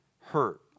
hurt